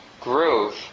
groove